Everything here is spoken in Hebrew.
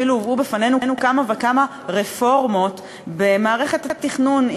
אפילו הובאו בפנינו כמה וכמה רפורמות במערכת התכנון,